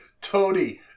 Tony